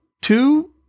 two